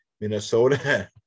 Minnesota